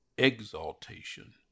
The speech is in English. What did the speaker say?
exaltation